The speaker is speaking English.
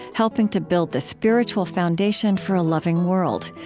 helping to build the spiritual foundation for a loving world.